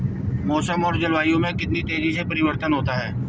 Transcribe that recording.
मौसम और जलवायु में कितनी तेजी से परिवर्तन होता है?